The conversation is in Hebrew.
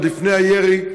עוד לפני הירי,